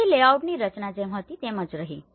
તેથી લેઆઉટની રચના જેમ હતી તેમ જ રહી